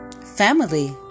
family